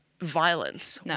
violence